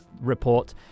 report